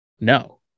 No